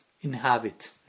inhabit